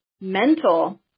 mental